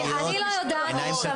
אלי לנקרי, אני לא יודעת, רגע.